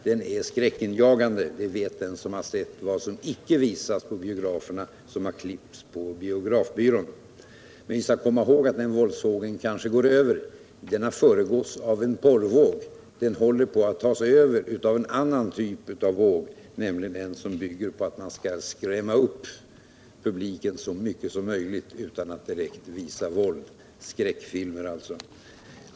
Den är motbjudande — det vet den som har sett vad som icke visas på biograferna, det som man har klippt på biografbyrån. Men det är inte omöjligt att våldsvågen kulminerat. Den har föregåtts av en porrvåg, och den håller på att tas över av en annan våg, nämligen den som bygger på att man skall skrämma upp publiken så mycket som möjligt utan att direkt betona våld — skräckfilmer alltså.